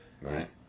right